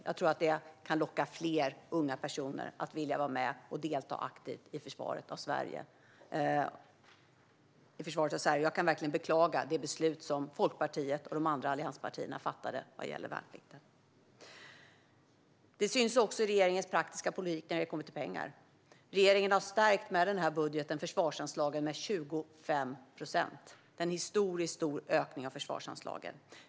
Jag tror att det kan locka fler unga personer att vilja vara med och delta aktivt i försvaret av Sverige. Jag kan verkligen beklaga det beslut som Folkpartiet och de andra allianspartierna fattade vad gäller värnplikten. Detta syns också i regeringens praktiska politik när det kommer till pengar. Regeringen har med denna budget stärkt försvarsanslagen med 25 procent - en historiskt stor ökning av försvarsanslagen.